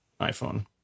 iPhone